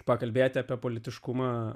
pakalbėti apie politiškumą